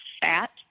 fat